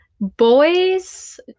boys